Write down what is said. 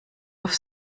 auf